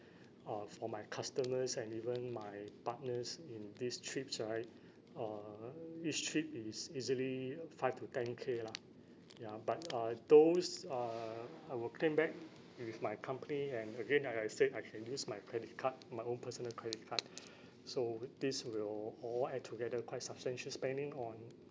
uh for my customers and even my partners in these trips right uh each trip is easily five to ten K lah ya but uh those uh I will claim back wi~ with my company and again like I said I can use my credit card my own personal credit card so with these will all add together quite substantial spending on